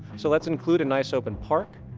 so lets include a nice open park,